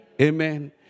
Amen